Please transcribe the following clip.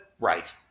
Right